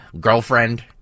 girlfriend